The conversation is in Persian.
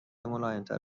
ملایمتر